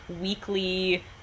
weekly